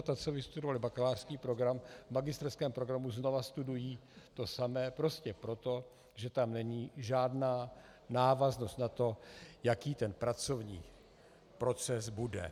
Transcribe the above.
Děvčata, co vystudovala bakalářský program, v magisterském programu znovu studují to samé prostě proto, že tam není žádná návaznost na to, jaký pracovní proces bude.